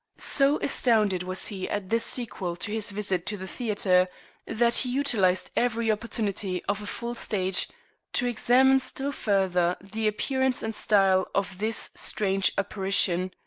so astounded was he at this sequel to his visit to the theatre that he utilized every opportunity of a full stage to examine still further the appearance and style of this strange apparition.